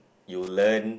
you learn